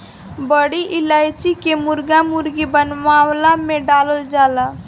बड़ी इलायची के मुर्गा मुर्गी बनवला में डालल जाला